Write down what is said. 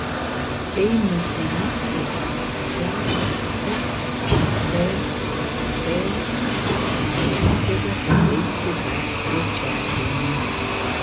seimo komisija žada stt tą medžiagą pateikti dar trečiadienį